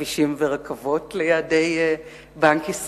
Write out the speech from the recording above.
למה לא הכנסתי גם סלילת כבישים ומסילות רכבת ליעדי בנק ישראל?